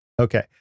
Okay